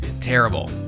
Terrible